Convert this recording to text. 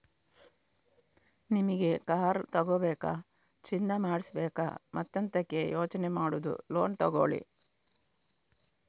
ನಿಮಿಗೆ ಕಾರ್ ತಗೋಬೇಕಾ, ಚಿನ್ನ ಮಾಡಿಸ್ಬೇಕಾ ಮತ್ತೆಂತಕೆ ಯೋಚನೆ ಮಾಡುದು ಲೋನ್ ತಗೊಳ್ಳಿ